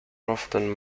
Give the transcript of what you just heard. often